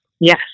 yes